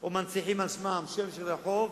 או מנציחים את שמם בשם של רחוב,